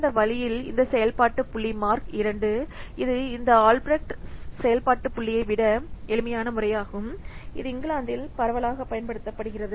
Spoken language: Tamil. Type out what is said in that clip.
இந்த வழியில் இந்த செயல்பாட்டு புள்ளி மார்க் II இது இந்த ஆல்பிரெக்ட் செயல்பாட்டு புள்ளியை விட எளிமையான முறையாகும் இது இங்கிலாந்தில் பரவலாக பயன்படுத்தப்படுகிறது